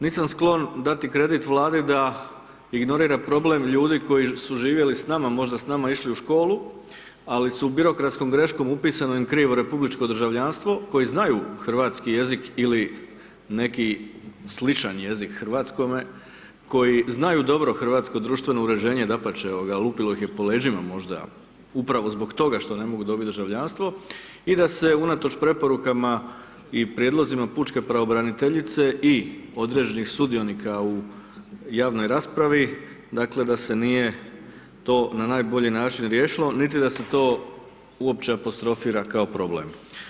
Nisam sklon dati kredit vladi da ignorira problem ljudi koji su živjeli s nama, možda s nama išli u školi, ali su birokratskom adresu upisano krivo republičko državljanstvo, koji znaju hrvatski jezik ili neki sličan jezik hrvatskome, koji znaju dobro hrvatsko društveno uređenje, dapače, lupilo ih je po leđima, možda upravo zbog toga što ne mogu dobiti državljanstvo i da se unatoč preporukama i prijedlozima pučke pravobraniteljice i određenih sudionika u javnoj raspravi, da se nije to na najbolji način riješilo niti da se to uopće apostrofira kao problem.